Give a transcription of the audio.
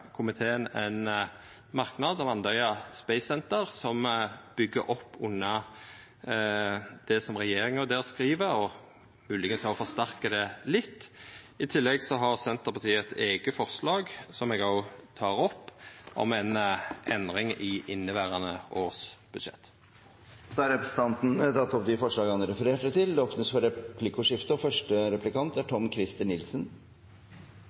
komiteen ein merknad om Andøya Space Center som byggjer opp under det som regjeringa skriv, og kanskje også forsterkar det litt. I tillegg har Senterpartiet eit eige forslag, som eg også tek opp, om ei endring i inneverande års budsjett. Representanten Geir Pollestad har tatt opp de forslagene han refererte til. Det blir replikkordskifte.